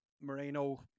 Moreno